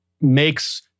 makes